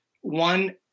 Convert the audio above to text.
one